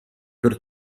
per